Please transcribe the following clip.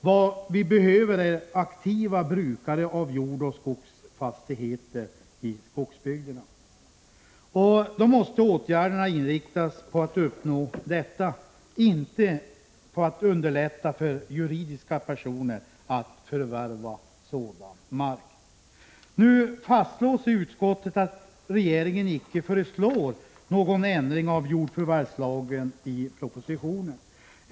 Vad vi behöver är aktiva brukare av jordoch skogsfastigheter i skogsbygderna. Åtgärderna måste då inriktas på att man skall kunna uppnå detta, inte på att underlätta för juridiska personer att förvärva sådan mark. Nu fastslås i utskottets betänkande att regeringen inte föreslår någon ändring av jordförvärvslagen i propositionen.